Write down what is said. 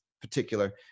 particular